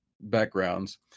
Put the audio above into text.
backgrounds